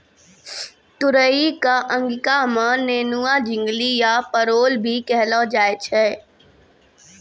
तुरई कॅ अंगिका मॅ नेनुआ, झिंगली या परोल भी कहलो जाय छै